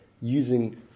using